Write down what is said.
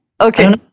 Okay